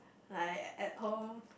like at home